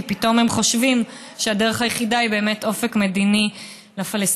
כי פתאום הם חושבים שהדרך היחידה היא באמת אופק מדיני לפלסטינים.